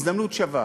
הזדמנות שווה.